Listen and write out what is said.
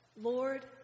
Lord